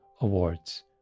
awards